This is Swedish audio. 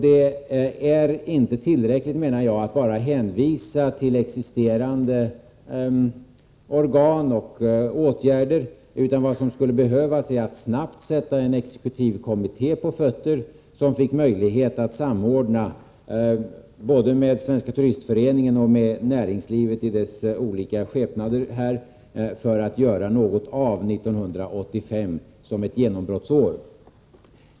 Det är inte tillräckligt, menar jag, att bara hänvisa till existerande organ och till de åtgärder som vidtagits, utan vad som skulle behövas är att snabbt sätta en exekutivkommitté på fötter i syfte att åstadkomma en samordning med Svenska turistföreningen och näringslivet i dess olika skepnader här för att göra någonting av 1985 som ett genombrottsår.